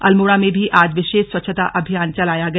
अल्मोड़ा में भी आज विशेष स्वच्छता अभियान चलाया गया